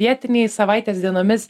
vietiniai savaitės dienomis